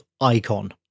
Icon